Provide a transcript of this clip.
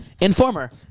Informer